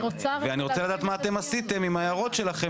ואני רוצה לדעת מה אתם עשיתם עם ההערות שלכם,